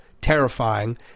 Terrifying